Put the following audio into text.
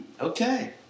Okay